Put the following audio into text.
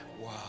Wow